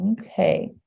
Okay